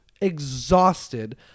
exhausted